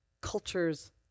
cultures